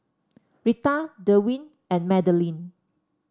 Rita Derwin and Madeline